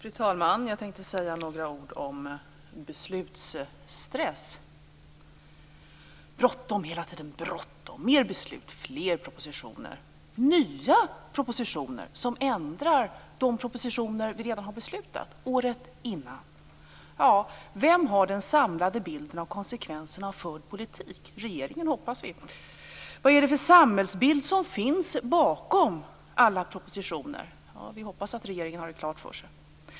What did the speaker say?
Fru talman! Jag tänkte säga några ord om beslutsstress. Bråttom, hela tiden bråttom! Mer beslut, fler propositioner, nya propositioner som ändrar de propositioner vi redan har beslutat om året innan. Vem har den samlade bilden av konsekvenserna av förd politik? Regeringen, hoppas vi. Vad är det för samhällsbild som finns bakom alla propositioner? Vi hoppas att regeringen har det klart för sig.